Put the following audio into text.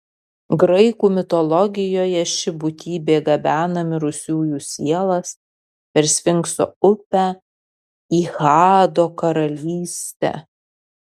graikų mitologijoje ši būtybė gabena mirusiųjų sielas per sfinkso upę į hado karalystę